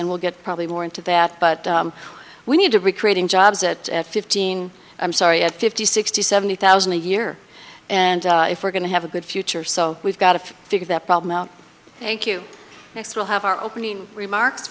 and we'll get probably more into that but we need to re creating jobs at fifteen i'm sorry at fifty sixty seventy thousand a year and if we're going to have a good future so we've got to figure that problem out thank you we'll have our opening remarks